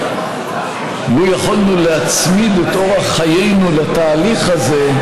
לו יכולנו להצמיד את אורח חיינו לתהליך הזה,